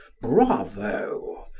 bravo!